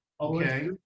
Okay